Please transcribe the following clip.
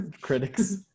Critics